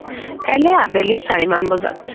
কাইলৈ আবেলি চাৰিমান বজাত